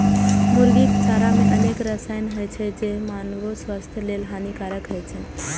मुर्गीक चारा मे अनेक रसायन होइ छै, जे मानवो स्वास्थ्य लेल हानिकारक होइ छै